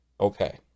Okay